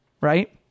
right